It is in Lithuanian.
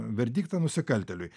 verdiktą nusikaltėliui